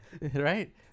Right